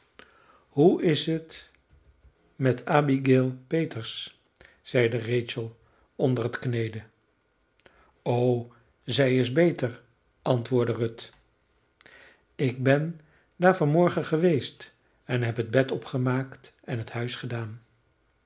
hoe is het met abigaël peters zeide rachel onder het kneden o zij is beter antwoordde ruth ik ben daar van morgen geweest en heb het bed opgemaakt en het huis gedaan